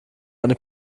eine